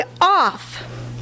off